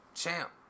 Champ